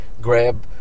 grab